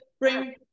bring